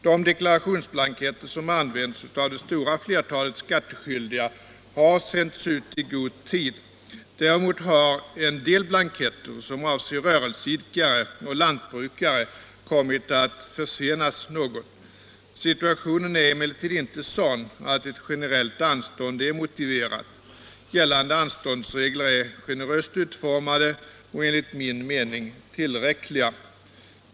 De deklarationsblanketter som används av det stora flertalet skattskyldiga har sänts ut i god tid. Däremot har en del blanketter som avser rörelseidkare och lantbrukare kommit att försenas något. Situationen är emellertid inte sådan att ett generellt anstånd är motiverat. Gällande anståndsregler är generöst utformade och är enligt min mening tillräckliga.